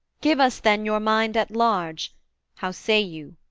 give us, then, your mind at large how say you,